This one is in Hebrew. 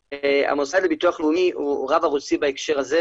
המוסד לביטוח לאומי הוא רב ערוצי בהקשר הזה